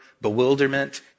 bewilderment